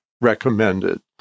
recommended